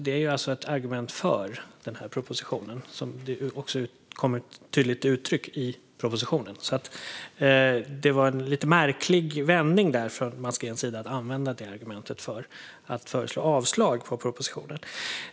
Det är alltså ett argument för propositionen, och det kommer också tydligt till uttryck i den. Det var därför en lite märklig vändning från Mats Greens sida att använda det argumentet för att föreslå avslag på propositionen.